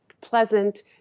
pleasant